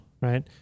Right